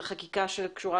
לחקיקה שקשורה